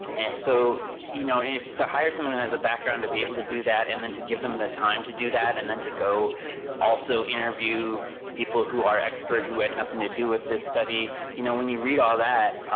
and so, you know, to hire someone who has the background to be able to do that and then to give them the time to do that, and then to go also interview people who are expert who had nothing to do with this study. you know when you read all that,